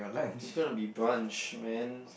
it's gonna be brunch man